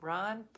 Ron